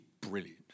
brilliant